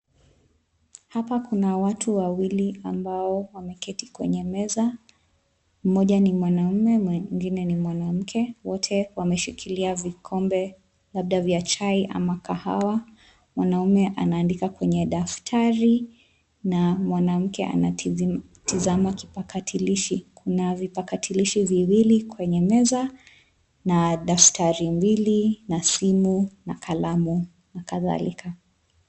Hapa kuna watu wawili ambao wameketi kwenye meza; mmoja ni mwanaume mwingine ni mwanamke. Wote wameshikilia vikombe labda vya chai ama kahawa. Mwanaume anaandika kwenye daftari na mwanamke anatizama kipakatalishi. Kuna vipakatalishi viwili kwenye meza na daftari mbili na simu na kalamu na kadhalika.